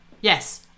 yes